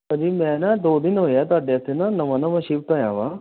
ਭਾਅ ਜੀ ਮੈਂ ਨਾ ਦੋ ਦਿਨ ਹੋਏ ਆ ਤੁਹਾਡੇ ਇੱਥੇ ਨਾ ਨਵਾਂ ਨਵਾਂ ਸ਼ਿਫਟ ਹੋਇਆ ਵਾਂ